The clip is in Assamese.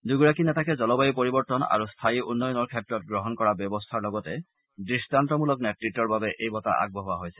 দুয়োগৰাকী নেতাকে জলবায়ু পৰিৱৰ্তন আৰু স্থায়ী উন্নয়নৰ ক্ষেত্ৰত গ্ৰহণ কৰা ব্যৱস্থাৰ লগতে দৃষ্টান্তমূলক নেতৃত্বৰ বাবে এই বঁটা আগবঢ়োৱা হৈছে